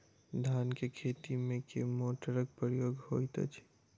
धान केँ खेती मे केँ मोटरक प्रयोग होइत अछि?